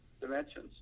dimensions